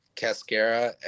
cascara